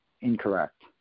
incorrect